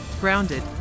grounded